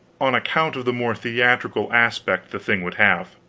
on account of the more theatrical aspect the thing would have.